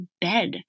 bed